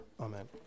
Amen